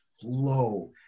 flow